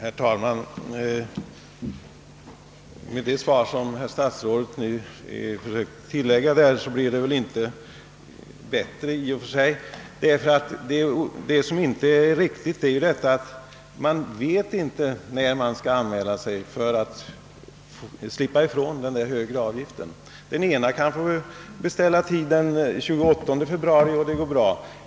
Herr talman! Det som herr statsrådet nu försökt tillägga gör inte sakfrågan bättre. Det som inte är riktigt, är ju det förhållandet, att man inte vet när man skall anmäla sig för att slippa ifrån den högre avgiften. En person kanske beställer tid den 28 februari, och det går bra.